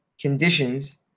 conditions